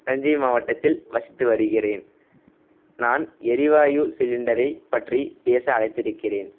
தஞ்சை மாவட்டத்தில் வசித்து வருகிறேன் நான் எரிவாயு சிலிண்டரைப் பற்றி பேச அழைத்திருக்கிறேன்